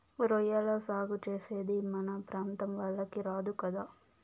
రొయ్యల సాగు చేసేది మన ప్రాంతం వాళ్లకి రాదు కదా